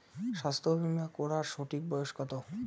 স্বাস্থ্য বীমা করার সঠিক বয়স কত?